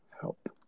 help